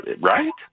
right